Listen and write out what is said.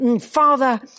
Father